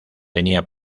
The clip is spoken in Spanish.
tenía